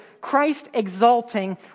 Christ-exalting